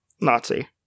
Nazi